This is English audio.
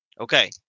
Okay